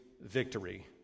victory